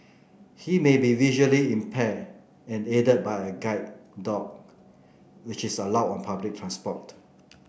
he may be visually impaired and aided by a guide dog which is allowed on public transport